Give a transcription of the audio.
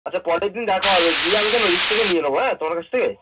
আচ্ছা পরেরদিন দেখা হবে গিয়ে আমি তাহলে ওদিক থেকে নিয়ে নেবো হ্যাঁ তোর কাছ থেকে